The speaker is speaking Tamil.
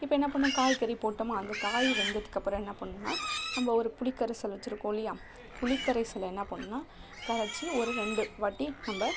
இப்போ என்ன பண்ணும் காய்கறி போட்டோமா அந்த காய் வெந்ததுக்கப்புறம் என்ன பண்ணுன்னா நம்ப ஒரு புளிக்கரைசல் வச்சுருக்கோம் இல்லையா புளிக்கரைசலை என்ன பண்ணுன்னா கரைச்சு ஒரு ரெண்டு வாட்டி நம்ப